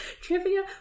trivia